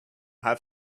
have